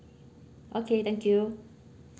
okay thank you